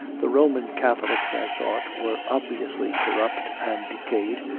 the roman catholics, i thought, were obviously corrupt and decayed,